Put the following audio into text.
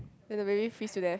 then the baby freeze to death